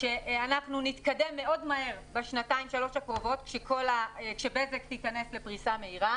שאנחנו נתקדם מאוד מהר בשנתיים-שלוש הקרובות כשבזק תיכנס לפריסה מהירה.